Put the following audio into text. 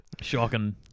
Shocking